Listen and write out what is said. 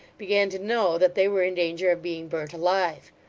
began to know that they were in danger of being burnt alive.